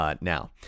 Now